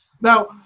Now